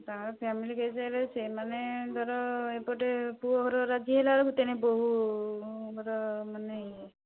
ତାଙ୍କ ଫ୍ୟାମିଲି ହେଲେ ସେମାନେ ଏପଟେ ପୁଅଘର ରାଜି ହେଲାବେଳକୁ ତେଣେ ବୋହୁ ଘର ମାନେ ଇଏ